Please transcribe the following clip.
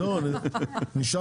אני שמחה